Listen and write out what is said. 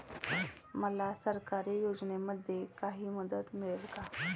मला सरकारी योजनेमध्ये काही मदत मिळेल का?